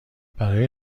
برای